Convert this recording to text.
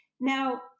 Now